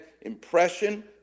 impression